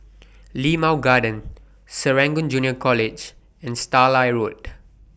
Limau Garden Serangoon Junior College and Starlight Road